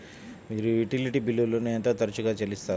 మీరు యుటిలిటీ బిల్లులను ఎంత తరచుగా చెల్లిస్తారు?